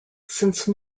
since